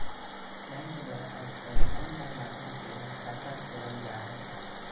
bank के द्वारा आजकल आनलाइन माध्यम से भी खाता खोलल जा हइ